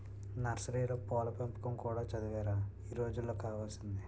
నర్సరీలో పూల పెంపకం కూడా చదువేరా ఈ రోజుల్లో కావాల్సింది